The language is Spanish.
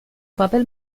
papel